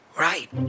right